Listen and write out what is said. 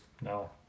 no